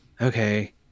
okay